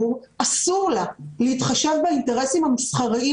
מאוד חשוב לי להתייחס למה שאמר פרופסור חגי לוין,